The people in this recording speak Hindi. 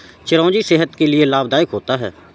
चिरौंजी सेहत के लिए लाभदायक होता है